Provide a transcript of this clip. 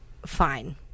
Fine